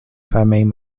familles